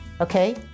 okay